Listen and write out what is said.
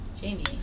Jamie